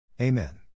Amen